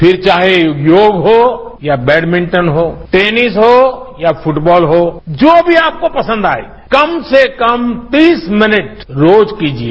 फिर चाहे वो योग हो या बेडमिंटन हो टेनिस हो या फुटबॉल हो जो भी आपको पंसद आए कम से कम तीस मिनट रोज कीजिए